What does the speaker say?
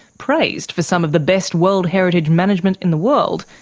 praised for some of the best world heritage management in the world,